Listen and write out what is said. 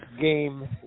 game